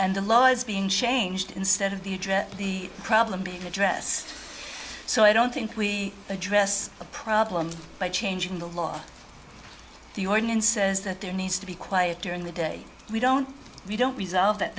and the laws being changed instead of the address the problem being addressed so i don't think we address the problem by changing the law the ordinance says that there needs to be quiet during the day we don't we don't resolve that